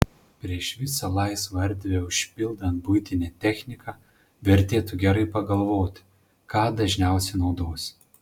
prieš visą laisvą erdvę užpildant buitine technika vertėtų gerai pagalvoti ką dažniausiai naudosi